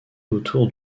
autour